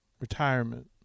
retirement